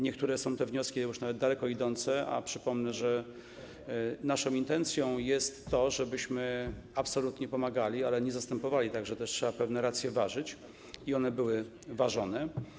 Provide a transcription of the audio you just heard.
Niektóre to są wnioski nawet daleko idące, a przypomnę, że naszą intencją jest to, żebyśmy absolutnie pomagali, ale nie zastępowali, także trzeba też pewne racje ważyć i one były ważone.